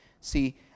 See